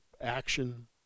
action